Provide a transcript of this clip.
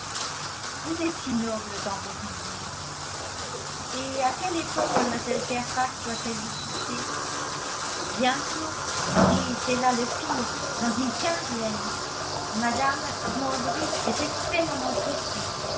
vous êtes si noble dans vos idées et à quelle époque mlle fairfax doit-elle vous quitter bientôt et c'est là le pire dans une quinzaine mme smalbridge est extrêmement pressée